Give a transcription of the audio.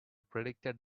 predicted